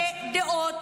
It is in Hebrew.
חיילינו.